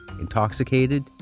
intoxicated